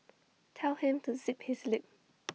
tell him to zip his lip